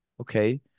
okay